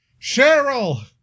Cheryl